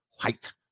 white